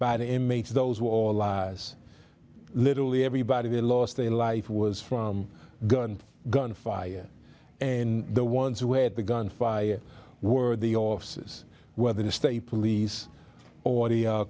by the inmates those were all lies literally everybody lost their life was from gun gunfire and the ones who had the gunfire were the offices whether the state police or the